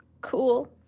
cool